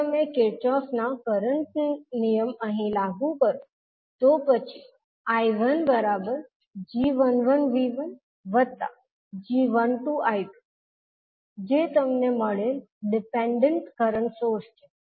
જો તમે કિર્ચહોફનો કરંટના નિયમ અહીં લાગુ કરો તો પછી I1g11V1g12I2 જે તમને મળેલ ડિપેન્ડન્ટ કરંટ સોર્સ છે